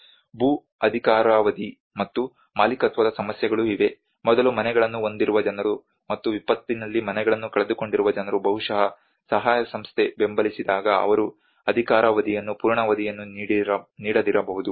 ಭೂ ಅಧಿಕಾರಾವಧಿ ಮತ್ತು ಮಾಲೀಕತ್ವದ ಸಮಸ್ಯೆಗಳೂ ಇವೆ ಮೊದಲು ಮನೆಗಳನ್ನು ಹೊಂದಿರುವ ಜನರು ಮತ್ತು ವಿಪತ್ತಿನಲ್ಲಿ ಮನೆಗಳನ್ನು ಕಳೆದುಕೊಂಡಿರುವ ಜನರು ಬಹುಶಃ ಸಹಾಯ ಸಂಸ್ಥೆ ಬೆಂಬಲಿಸಿದಾಗ ಅವರು ಅಧಿಕಾರಾವಧಿಯನ್ನು ಪೂರ್ಣಾವಧಿಯನ್ನು ನೀಡದಿರಬಹುದು